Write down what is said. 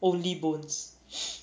only bones